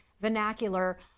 vernacular